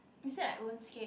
is it like runescape